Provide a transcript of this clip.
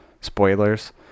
spoilers